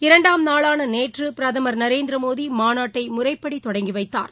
இரண்டாம் நாளானநேற்று பிரதமர் நரேந்திரமோடிமாநாட்டைமுறைப்படி தொடங்கிவைத்தார்